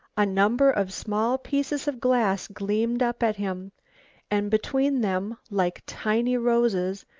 a number of small pieces of glass gleamed up at him and between them, like tiny roses,